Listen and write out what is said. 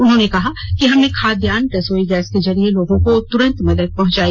उन्होंने कहा कि हमने खाद्यान रसोई गैस के जरिए लोगों को तुरंत मदद पहुंचाई